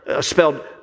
spelled